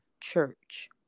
church